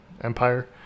Empire